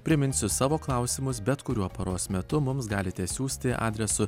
priminsiu savo klausimus bet kuriuo paros metu mums galite siųsti adresu